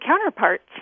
counterparts